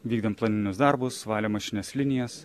vykdėm planinius darbus valėm ašines linijas